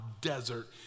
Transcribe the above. desert